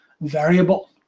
variable